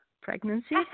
pregnancy